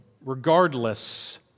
Regardless